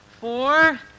four